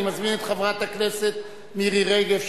אני מזמין את חברת הכנסת מירי רגב,